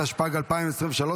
התשפ"ה 2024,